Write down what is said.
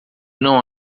não